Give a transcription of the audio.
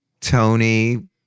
Tony